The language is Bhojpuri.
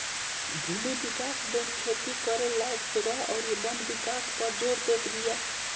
भूमि विकास बैंक खेती करे लायक जगह अउरी वन विकास पअ जोर देत बिया